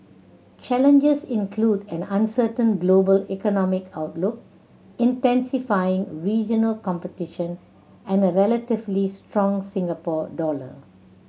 challenges include an uncertain global economic outlook intensifying regional competition and a relatively strong Singapore dollar